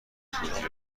توری